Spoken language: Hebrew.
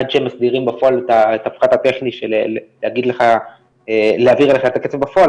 עד שהם מסדירים בפועל את הפחת הטכני של להעביר אליך את הכסף בפועל,